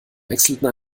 wechselten